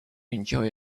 enjoy